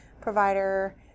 provider